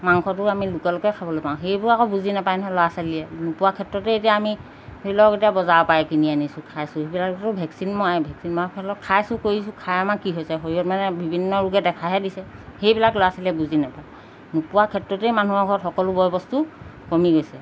মাংসটো আমি লোকেলকে খাবলৈ পাওঁ সেইবোৰ আকৌ বুজি নাপায় নহয় ল'ৰা ছোৱালীয়ে নোপোৱাৰ ক্ষেত্ৰতে এতিয়া আমি ধৰি লওক এতিয়া বজাৰৰ পৰাই কিনি আনিছোঁ খাইছোঁ সেইবিলাকততো ভেকচিন মৰাই ভেকচিন মৰা ফলত খাইছোঁ কৰিছোঁ খাই আমাৰ কি হৈছে শৰীৰত মানে বিভিন্ন ৰোগে দেখাহে দিছে সেইবিলাক ল'ৰা ছোৱালীয়ে বুজি নাপায় নোপোৱাৰ ক্ষেত্ৰতেই মানুহৰ ঘৰত সকলো বয়বস্তু কমি গৈছে